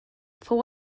fou